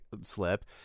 slip